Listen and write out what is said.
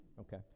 Okay